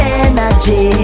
energy